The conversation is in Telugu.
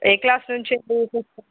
ఏ క్లాస్ నుంచి నేర్పిస్తారు